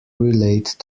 relate